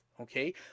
okay